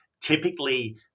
typically